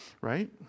right